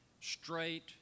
straight